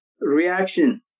reaction